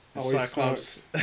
Cyclops